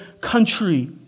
country